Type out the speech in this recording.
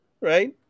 Right